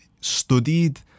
studied